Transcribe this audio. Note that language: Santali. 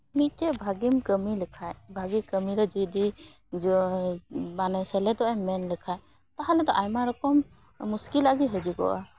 ᱢᱤᱫᱴᱮᱱ ᱵᱷᱟᱹᱜᱤᱢ ᱠᱟᱹᱢᱤ ᱞᱮᱠᱷᱟᱱ ᱵᱷᱟᱹᱜᱤ ᱠᱟᱹᱢᱤ ᱨᱮ ᱡᱩᱫᱤ ᱡᱚᱭᱮᱱ ᱢᱟᱱᱮ ᱥᱮᱞᱮᱫᱚᱜ ᱮᱢ ᱢᱮᱱ ᱞᱮᱠᱷᱟᱱ ᱛᱟᱦᱞᱮ ᱫᱚ ᱟᱭᱢᱟ ᱨᱚᱠᱚᱢ ᱢᱩᱥᱠᱤᱞᱟᱜ ᱜᱮ ᱦᱤᱡᱩᱜᱚᱜᱼᱟ